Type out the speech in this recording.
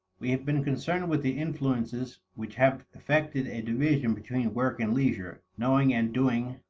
we have been concerned with the influences which have effected a division between work and leisure, knowing and doing,